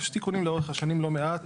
יש מלא תיקונים לאורך השנים, לא מעט.